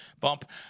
bump